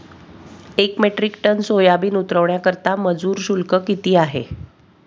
एक metric ton soybean उतरवण्याकरता मजूर शुल्क किती आहे?